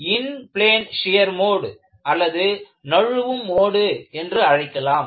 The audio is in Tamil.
இதை இன் பிளேன் ஷியர் மோடு அல்லது நழுவும் மோடு என்று அழைக்கலாம்